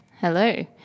Hello